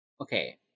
Okay